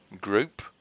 group